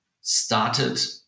started